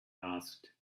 asked